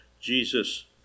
Jesus